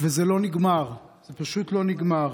וזה לא נגמר, זה פשוט לא נגמר.